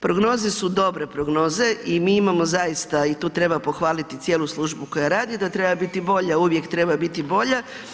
Prognoze su dobre prognoze i mi imamo zaista i tu treba pohvaliti cijelu službu koja radi da treba biti bolja, uvijek treba biti bolja.